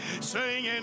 singing